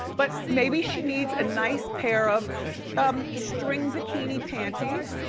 but maybe she needs a nice pair of string bikini panties.